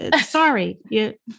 sorry